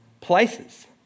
places